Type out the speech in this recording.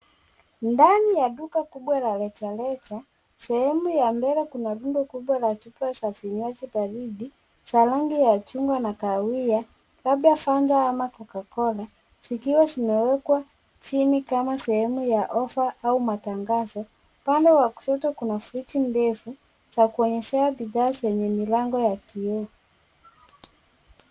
Ndani ya duka kubwa la rejareja, sehemu ya mbele kuna rundo kubwa la chupa za vinywaji baridi za rangi ya chungwa na kahawia labda fanta ama cocacola zikiwa zimewekwa chini kama sehemu ya offer au matangazo. Upande wa kushoto kuna friji ndefu za kuonyeshea bidhaa zenye milango ya kioo.